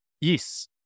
Yes